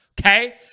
Okay